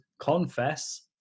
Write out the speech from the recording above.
Confess